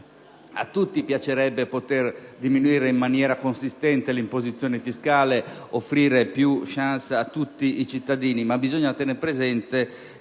A tutti piacerebbe poter ridurre in maniera consistente l'imposizione fiscale ed offrire più *chance* a tutti i cittadini, ma bisogna tener presente